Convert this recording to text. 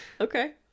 okay